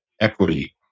equity